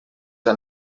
han